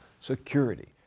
Security